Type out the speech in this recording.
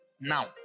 Now